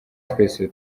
twese